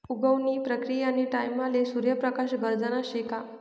उगवण नी प्रक्रीयानी टाईमले सूर्य प्रकाश गरजना शे का